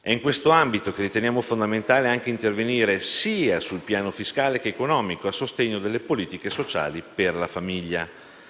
È in quest'ambito che riteniamo fondamentale intervenire sia sul piano fiscale sia su quello economico, a sostegno delle politiche sociali per la famiglia.